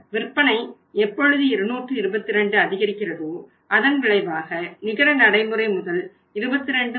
விற்பனை எப்பொழுது 222 அதிகரிக்கிறதோ அதன் விளைவாக நிகர நடைமுறை முதல் 22